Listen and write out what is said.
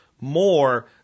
more